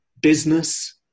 business